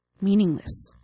meaningless